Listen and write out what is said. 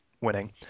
winning